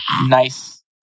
Nice